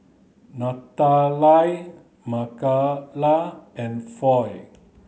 Natalia Makaila and Floy